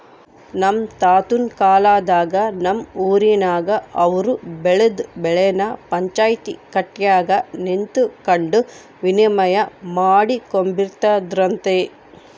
ನಮ್ ತಾತುನ್ ಕಾಲದಾಗ ನಮ್ ಊರಿನಾಗ ಅವ್ರು ಬೆಳ್ದ್ ಬೆಳೆನ ಪಂಚಾಯ್ತಿ ಕಟ್ಯಾಗ ನಿಂತಕಂಡು ವಿನಿಮಯ ಮಾಡಿಕೊಂಬ್ತಿದ್ರಂತೆ